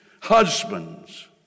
Husbands